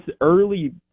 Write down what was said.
early